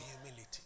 humility